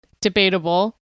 debatable